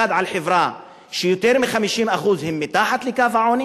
1. על חברה שיותר מ-50% היא מתחת לקו העוני